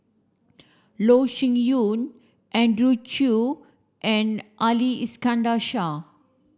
Loh Sin Yun Andrew Chew and Ali Iskandar Shah